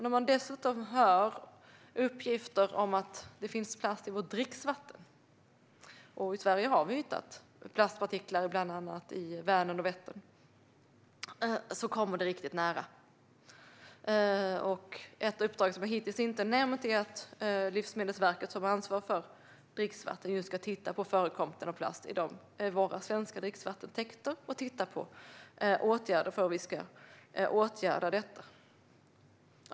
När det dessutom finns uppgifter om att det finns plast i vårt dricksvatten - i Sverige har vi hittat plastpartiklar i bland annat Vänern och Vättern - kommer det riktigt nära. Ett uppdrag som jag hittills inte har nämnt är att Livsmedelsverket, som har ansvar för dricksvatten, ska titta på förekomsten av plast i våra svenska dricksvattentäkter och se på hur vi kan åtgärda detta.